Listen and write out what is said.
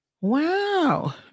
Wow